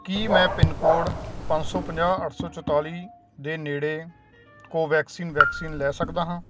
ਕੀ ਮੈਂ pin code ਪੰਜ ਸੌ ਪੰਜਾਹ ਅੱਠ ਸੌ ਚੁਤਾਲੀ ਦੇ ਨੇੜੇ ਕੋਵੈਕਸਿਨ ਵੈਕਸੀਨ ਲੈ ਸਕਦਾ ਹਾਂ